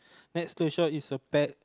next to shop is a pet